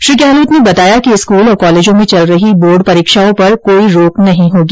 श्री गहलोत ने बताया कि स्कूल और कॉलेजों में चल रही बोर्ड परीक्षाओं पर कोई रोक नहीं होगी